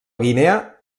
guinea